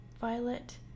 violet